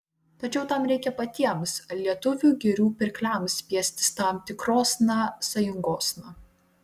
tačiau tam reikia patiems lietuvių girių pirkliams spiestis tam tikrosna sąjungosna